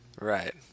Right